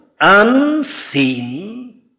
unseen